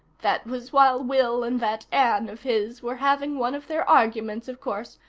that was while will and that anne of his were having one of their arguments, of course.